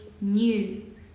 new